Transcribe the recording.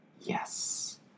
Yes